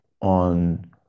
on